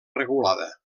regulada